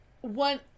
one